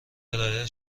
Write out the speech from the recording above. ارائه